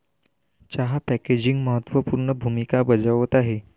चहा पॅकेजिंग महत्त्व पूर्ण भूमिका बजावत आहे